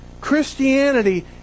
Christianity